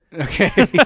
Okay